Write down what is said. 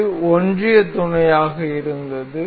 இது ஒன்றிய துணையாக இருந்தது